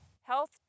health